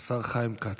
השר חיים כץ.